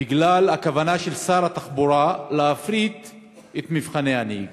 בגלל הכוונה של שר התחבורה להפריט את מבחני הנהיגה.